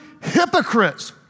hypocrites